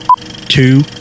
two